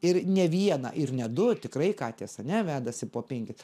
ir ne vieną ir ne du tikrai katės ane vedasi po penkis